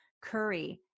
curry